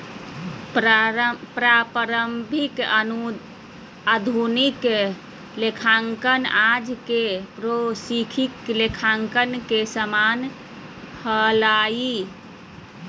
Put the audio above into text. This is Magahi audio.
प्रारंभिक आधुनिक लेखांकन आज के फोरेंसिक लेखांकन के समान हलय